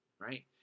right